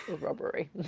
robbery